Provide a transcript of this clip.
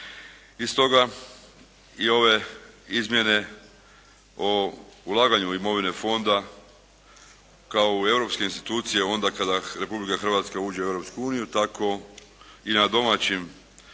I stoga i ove izmjene o ulaganju u imovine fonda kao u europske institucije onda kada Republika Hrvatska uđe u Europsku uniju tako i na domaćem tržištu